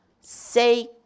say